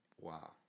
Wow